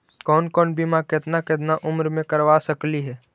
कौन कौन बिमा केतना केतना उम्र मे करबा सकली हे?